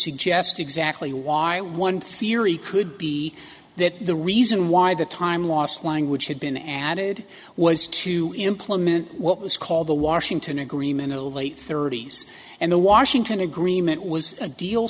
suggest exactly why one theory could be that the reason why the time lost language had been added was to implement what was called the washington agreement a late thirty's and the washington agreement was a deal